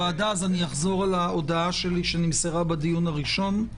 אחזור על ההודעה שלי שנמסרה בדיון הראשון: